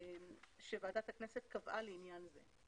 שוועדת הכנסת קבעה לעניין זה".